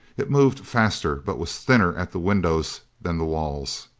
it moved faster, but was thinner at the windows than the walls.